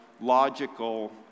logical